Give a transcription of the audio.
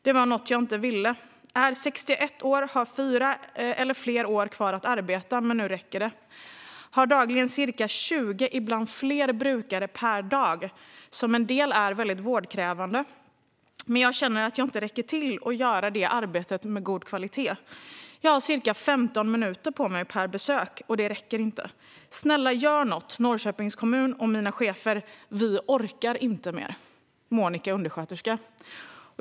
Det var något jag inte ville. Jag är 61 år och har fyra eller fler år kvar att arbeta, men nu räcker det. Jag har dagligen ca 20, ibland fler, brukare, varav en del är mycket vårdkrävande. Men jag känner att jag inte räcker till för att göra ett bra arbete med god kvalitet. Jag har ca 15 minuter på mig per besök, och det räcker inte. Snälla gör något, Norrköpings kommun och mina chefer! Vi orkar inte mer.